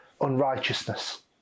unrighteousness